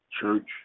church